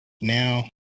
Now